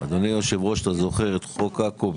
אדוני היושב-ראש, אתה זוכר את חוק עכו?